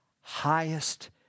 highest